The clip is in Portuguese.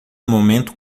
momento